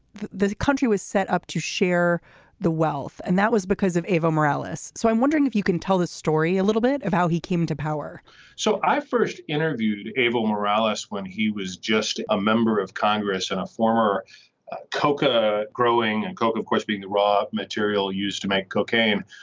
this country was set up to share the wealth and that was because of evo morales. so i'm wondering if you can tell the story a little bit of how he came to power so i first interviewed evo morales when he was just a member of congress and a former coca growing and coke of course being the raw material used to make cocaine.